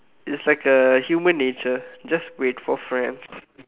it's like a human nature just wait for friends